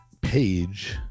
page